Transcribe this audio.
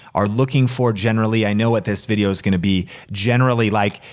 are looking for generally. i know what this video is gonna be generally like.